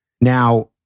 Now